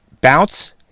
bounce